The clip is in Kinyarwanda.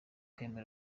game